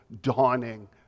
dawning